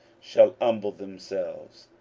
shall humble themselves,